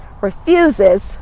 refuses